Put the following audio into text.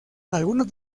algunos